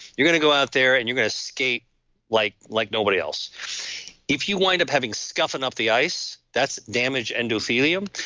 you're going to go out there and you're going to skate like like nobody else if you wind up having scuff enough the ice, that's damaged endothelium.